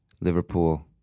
Liverpool